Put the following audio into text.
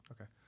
Okay